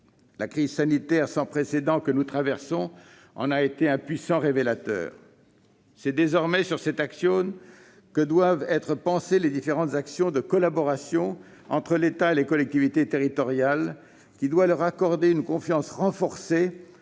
La crise sanitaire sans précédent que nous traversons en a été un puissant révélateur. C'est désormais selon cet axiome que doivent être pensées les différentes actions de collaboration entre l'État et les collectivités territoriales. Ces actions conféreront à ces dernières une confiance renforcée,